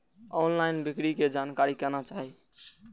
Online बिक्री के जानकारी केना चाही?